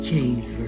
James